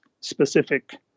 specific